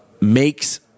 makes